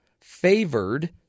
favored